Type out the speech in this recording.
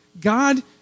God